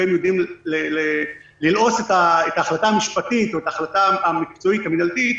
והם יודעים "ללעוס" את ההחלטה המשפטית או את ההחלטה המקצועית המנהלתית,